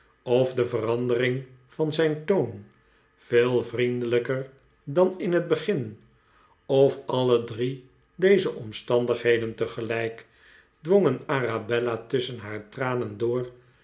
of de verandering van zijn toon veel vriendelijker dan in het begin of alle drie deze omstandigheden tegelijk dwongen arabella tusschen haar tranen door